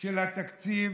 של התקציב